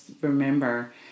remember